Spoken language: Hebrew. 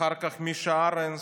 אחר כך מישה ארנס,